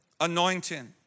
anointing